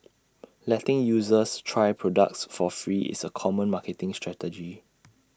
letting users try products for free is A common marketing strategy